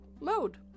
mode